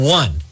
one